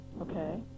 Okay